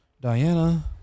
Diana